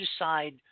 decide